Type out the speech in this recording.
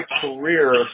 career